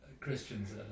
Christians